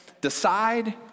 Decide